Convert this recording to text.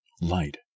Light